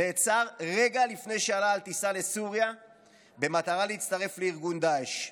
ונעצר רגע לפני שעלה על טיסה לסוריה במטרה להצטרף לארגון דאעש.